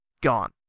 Gone